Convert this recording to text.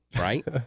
Right